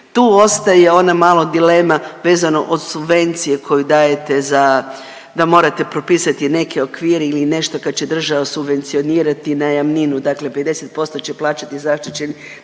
Tu ostaje ona malo dilema vezano uz subvencije koje dajete za, da morate propisati neke okvire ili nešto kad će država subvencionirati najamninu, dakle 50% će plaćati zaštićeni